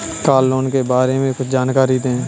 Car loan के बारे में कुछ जानकारी दें?